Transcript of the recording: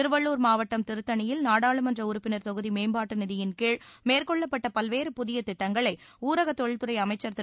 திருவள்ளூர் மாவட்டம் திருத்தணியில் நாடாளுமன்ற உறுப்பினர் தொகுதி மேம்பாட்டு நிதியின் கீழ் மேற்கொள்ளப்பட்ட பல்வேறு புதிய திட்டங்களை ஊரக தொழில்துறை அமைச்சர் திரு